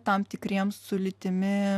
tam tikriems su lytimi